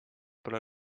pole